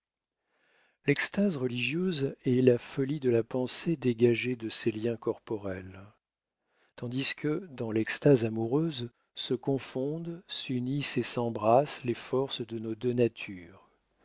l'extase religieuse est la folie de la pensée dégagée de ses liens corporels tandis que dans l'extase amoureuse se confondent s'unissent et s'embrassent les forces de nos deux natures